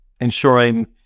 ensuring